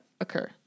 occur